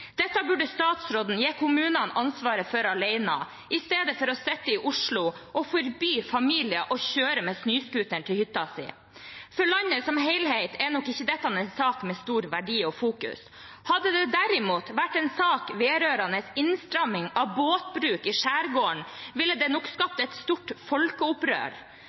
Dette burde statsråden gi kommunene ansvaret for alene i stedet for å sitte i Oslo og forby familier å kjøre med snøscooter til hytta si. For landet som helhet er nok ikke dette en sak av stor verdi og stort fokus. Hadde det derimot vært en sak vedrørende innstramming av båtbruk i skjærgården, ville det nok skapt et stort folkeopprør.